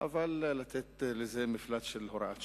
אבל לתת לזה מפלט של הוראת שעה.